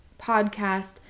podcast